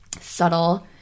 subtle